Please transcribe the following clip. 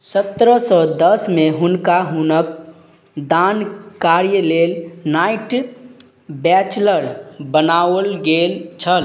सतरह सए दश मे हुनका हुनक दान कार्य लेल नाइट बैचलर बनाओल गेल छल